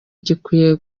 gikwiye